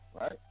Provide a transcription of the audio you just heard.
right